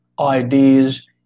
ideas